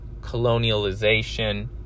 colonialization